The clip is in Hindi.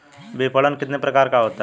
विपणन कितने प्रकार का होता है?